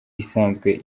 isanzwe